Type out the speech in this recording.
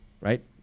right